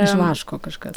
iš vaško kažkas